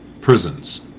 prisons